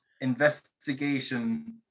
investigation